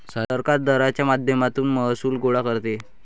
सरकार दराच्या माध्यमातून महसूल गोळा करते